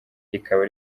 rikaba